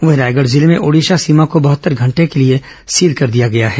वहीं रायगढ़ जिले में ओडिशा सीमा को बहत्तर घंटे के लिए सील कर दिया गया है